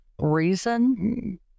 reason